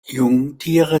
jungtiere